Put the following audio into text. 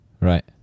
Right